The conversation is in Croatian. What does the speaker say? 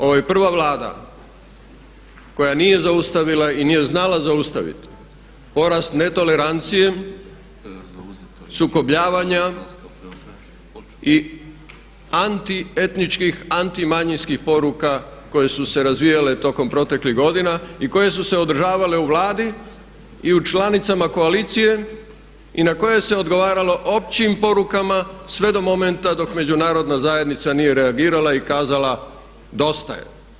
Ovo je prva Vlada koja nije zaustavila i nije znala zaustavit porast netolerancije, sukobljavanja i anti etničkih, anti manjinskih poruka koje su se razvijale tokom proteklih godina i koje su se održavale u Vladi i u članicama koalicije i na koje se odgovaralo općim porukama sve do momenta dok Međunarodna zajednica nije reagirala i kazala dosta je!